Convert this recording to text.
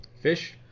Fish